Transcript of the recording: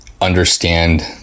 understand